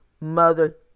mother